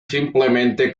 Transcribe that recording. simplemente